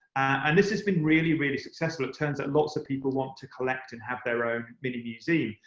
and this has been really, really successful. it turns out lots of people want to collect and have their own mini museum.